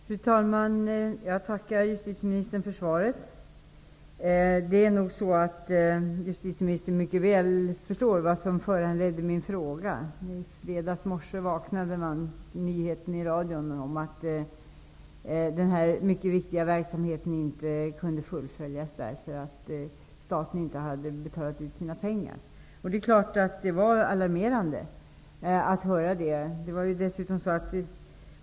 Fru talman! Jag tackar justitieministern för svaret. Justitieministern förstår nog mycket väl vad som föranledde min fråga. I morse sades det på nyheterna i radion att denna mycket viktiga verksamhet inte kunde fullföljas, eftersom staten inte hade betalat ut utlovade pengar. Det är klart att detta är alarmerande.